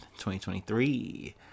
2023